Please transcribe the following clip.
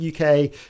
UK